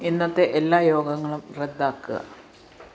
ഇന്നത്തെ എല്ലാ യോഗങ്ങളും റദ്ദാക്കുക